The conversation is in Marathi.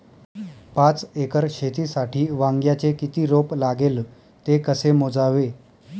पाच एकर शेतीसाठी वांग्याचे किती रोप लागेल? ते कसे मोजावे?